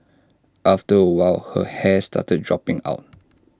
after A while her hair started dropping out